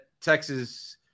Texas